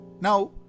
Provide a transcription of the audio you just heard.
Now